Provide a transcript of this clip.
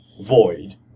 void